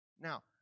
Now